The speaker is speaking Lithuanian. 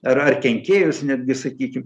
ar ar kenkėjus netgi sakykim